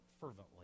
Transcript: fervently